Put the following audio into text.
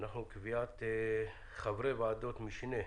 קביעת חברי ועדות משנה.